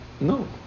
No